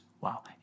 wow